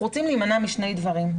אנחנו רוצים להימנע משני דברים.